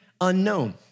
unknown